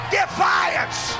defiance